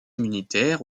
immunitaire